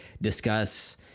discuss